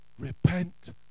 Repent